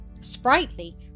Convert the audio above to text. sprightly